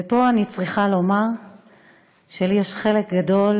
ופה אני צריכה לומר שיש לי חלק גדול